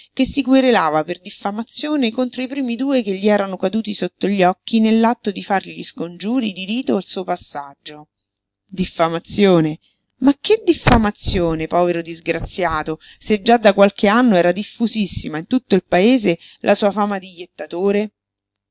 che si querelava per diffamazione contro i primi due che gli erano caduti sotto gli occhi nell'atto di far gli scongiuri di rito al suo passaggio diffamazione ma che diffamazione povero disgraziato se già da qualche anno era diffusissima in tutto il paese la sua fama di jettatore